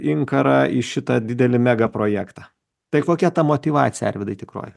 inkarą į šitą didelį megaprojektą tai kokia ta motyvacija arvydai tikroji